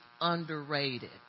underrated